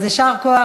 אז יישר כוח.